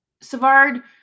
Savard